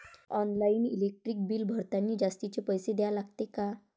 Online electric bill भरतानी जास्तचे पैसे द्या लागते का?